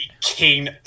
king